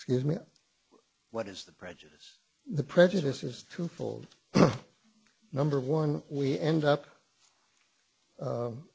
excuse me what is the prejudice the prejudice is twofold number one we end up